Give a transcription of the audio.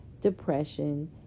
depression